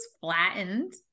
flattened